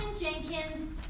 Jenkins